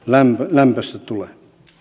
lämpöistä tulee